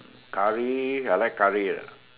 curry I like curry ah